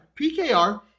PKR